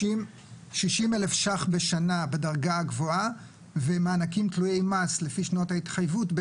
60,000 ש"ח בשנה בדרגה הגבוהה ומענקים תלויי מס לפי שנות ההתחייבות,